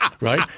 Right